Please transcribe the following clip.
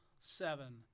seven